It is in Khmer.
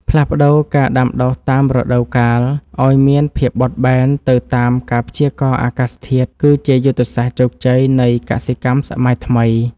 ផ្លាស់ប្តូរការដាំដុះតាមរដូវកាលឱ្យមានភាពបត់បែនទៅតាមការព្យាករណ៍អាកាសធាតុគឺជាយុទ្ធសាស្ត្រជោគជ័យនៃកសិកម្មសម័យថ្មី។